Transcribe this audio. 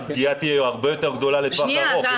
אז הפגיעה תהיה הרבה יותר גדולה לטווח ארוך.